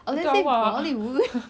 I don't think bollywood